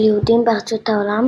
של יהודים בארצות העולם,